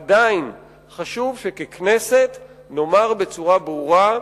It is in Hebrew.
עדיין חשוב שככנסת נאמר בצורה ברורה: